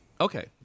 Okay